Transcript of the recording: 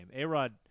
A-Rod